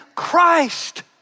Christ